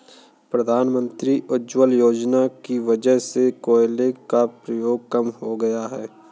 प्रधानमंत्री उज्ज्वला योजना की वजह से कोयले का प्रयोग कम हो गया है